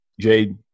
Jade